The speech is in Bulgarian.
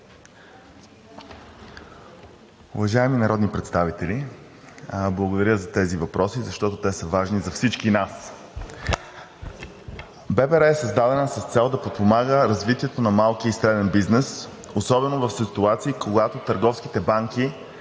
Уважаеми народни представители, благодаря за тези въпроси, защото те са важни за всички нас. Българската банка за развитие е създадена с цел да подпомага развитието на малкия и среден бизнес, особено в ситуации, когато търговските банки